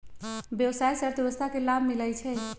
व्यवसाय से अर्थव्यवस्था के लाभ मिलइ छइ